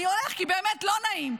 אני הולך כי באמת לא נעים,